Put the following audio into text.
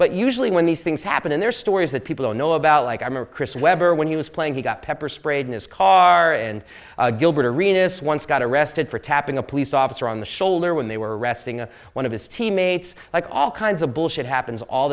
but usually when these things happen in their stories that people don't know about like i'm or chris webber when he was playing he got pepper sprayed in his car and gilbert arenas once got arrested for tapping a police officer on the shoulder when they were arresting one of his teammates like all kinds of bullshit happens all